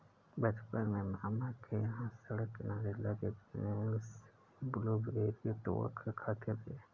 बचपन में मामा के यहां सड़क किनारे लगे पेड़ से ब्लूबेरी तोड़ कर खाते थे